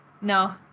No